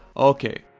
okay.